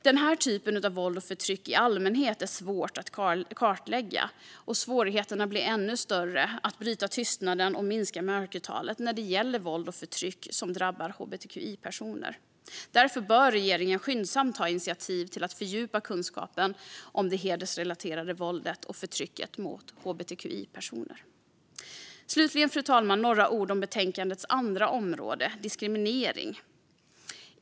Den här typen av våld och förtryck i allmänhet är svår att kartlägga. Svårigheterna blir ännu större att bryta tystnaden och minska mörkertalet är det gäller våld och förtryck som drabbar hbtqi-personer. Därför bör regeringen skyndsamt ta initiativ till att fördjupa kunskapen om det hedersrelaterade våldet och förtrycket mot hbtqi-personer. Slutligen, fru talman, några ord om betänkandets andra område, diskriminering.